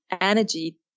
energy